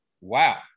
Wow